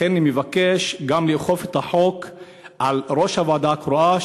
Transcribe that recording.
לכן אני מבקש גם לאכוף את החוק על ראש הוועדה הקרואה,